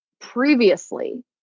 previously